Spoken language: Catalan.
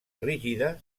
rígida